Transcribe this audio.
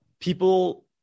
people